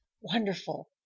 wonderful